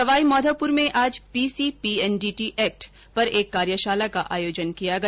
सवाईमाधोपुर में आज पीसीपीएनडीटी कानून पर एक कार्यशाला का आयोजन किया गया